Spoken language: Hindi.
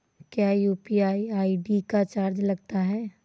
क्या यू.पी.आई आई.डी का चार्ज लगता है?